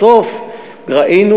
בסוף ראינו,